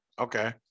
okay